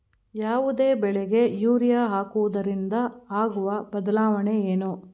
ಯಾವುದೇ ಬೆಳೆಗೆ ಯೂರಿಯಾ ಹಾಕುವುದರಿಂದ ಆಗುವ ಬದಲಾವಣೆ ಏನು?